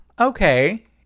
Okay